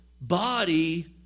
body